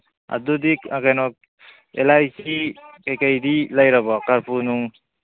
ꯑꯗꯨꯗꯤ ꯀꯩꯅꯣ ꯑꯦꯂꯥꯏꯖꯤ ꯀꯩꯀꯩꯗꯤ ꯂꯩꯔꯕꯣ ꯀꯔꯄꯨꯔ ꯅꯨꯡ